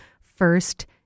First